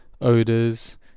odors